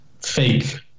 fake